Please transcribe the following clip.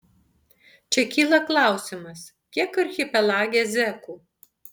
čia kyla klausimas kiek archipelage zekų